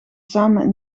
samen